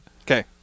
Okay